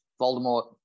voldemort